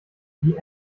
wie